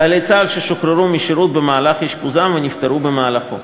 חיילי צה"ל ששוחררו משירות במהלך אשפוזם ונפטרו במהלכו.